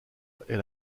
est